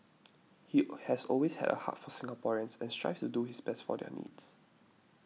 he has always had a heart for Singaporeans and strives to do his best for their needs